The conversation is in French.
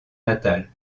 natale